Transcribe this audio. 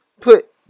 put